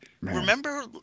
remember